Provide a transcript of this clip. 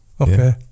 okay